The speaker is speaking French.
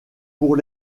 pour